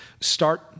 start